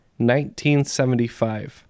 1975